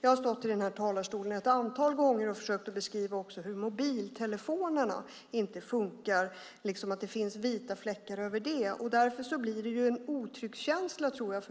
Jag har stått i den här talarstolen ett antal gånger och försökt att beskriva hur mobiltelefonerna inte fungerar. Det finns vita fläckar där. Därför känner